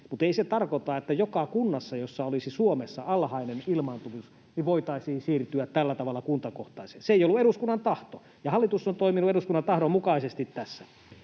Mutta ei se tarkoita, että Suomessa joka kunnassa, jossa olisi alhainen ilmaantuvuus, voitaisiin siirtyä tällä tavalla kuntakohtaiseen tarkasteluun. Se ei ollut eduskunnan tahto, ja hallitus on toiminut eduskunnan tahdon mukaisesti tässä.